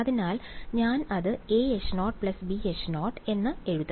അതിനാൽ ഞാൻ അത് aH0 bH0 എന്ന് എഴുതി